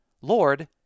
Lord